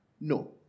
No